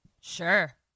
Sure